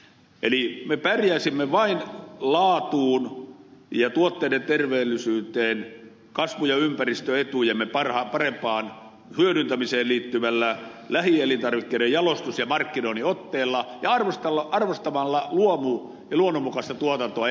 eli me pärjäisimme vain laatuun ja tuotteiden terveellisyyteen panostamalla kasvu ja ympäristöetujemme parempaan hyödyntämiseen liittyvällä lähielintarvikkeiden jalostus ja markkinoinnin otteella ja arvostamalla luomu ja luonnonmukaista tuotantoa enemmän